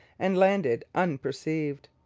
and landed unperceived.